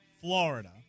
Florida